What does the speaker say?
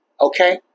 Okay